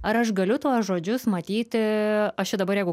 ar aš galiu tuos žodžius matyti aš čia dabar jeigu